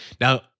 Now